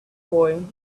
boy